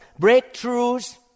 breakthroughs